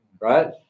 right